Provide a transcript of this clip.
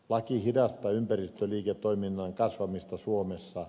laki hidastaa ympäristöliiketoiminnan kasvamista suomessa